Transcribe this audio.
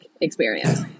experience